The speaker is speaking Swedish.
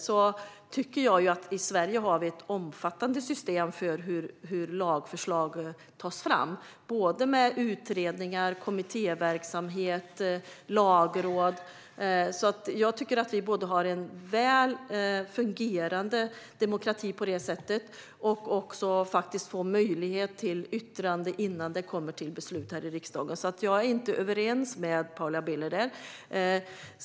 Jag tycker att vi i Sverige har ett omfattande system för hur lagförslag tas fram. Det handlar om utredningar, kommittéverksamhet och lagråd. Jag tycker att vi har en väl fungerande demokrati på det sättet, och det finns faktiskt också möjlighet till yttrande innan det kommer till beslut här i riksdagen. Jag är inte överens med Paula Bieler där.